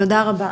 תודה רבה.